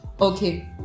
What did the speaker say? okay